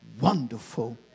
wonderful